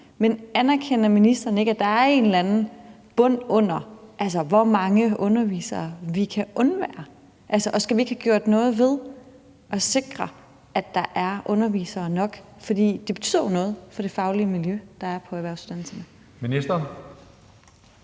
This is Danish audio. Men anerkender ministeren ikke, at der er en eller anden bund under, hvor mange undervisere vi kan undvære? Og skal vi ikke have gjort noget ved at sikre, at der er undervisere nok, fordi det betyder noget for det faglige niveau, der er på erhvervsuddannelserne? Kl.